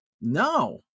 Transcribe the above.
No